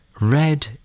red